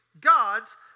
God's